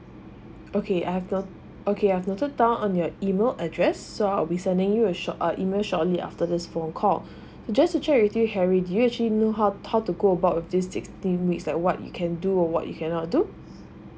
okay I've note okay I've noted down on your email address so I'll be sending you a short uh email shortly after this phone call just to check with you harry do you actually know how how to go about this sixteen weeks that what you can do or what you cannot do